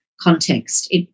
context